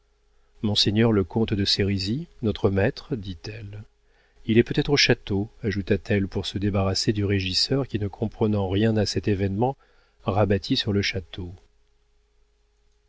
monseigneur le comte de sérisy notre maître dit-elle il est peut-être au château ajouta-t-elle pour se débarrasser du régisseur qui ne comprenant rien à cet événement rabattit sur le château